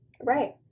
Right